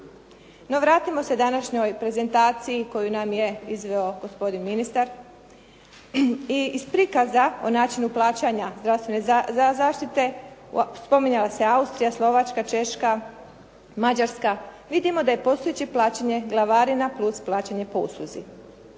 vratimo se današnjoj prezentaciji koju nam je izveo gospodin ministar. I iz prikaza o načinu plaćanja zdravstvene zaštite spominjala se Austrija, Slovačka, Češka, Mađarska. Vidimo da je postojeće plaćanje glavarina plus plaćanje po usluzi.